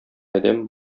адәм